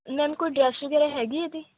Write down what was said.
ma'am ਕੋਈ dress ਵਗੈਰਾ ਹੈਗੀ ਇਹਦੀ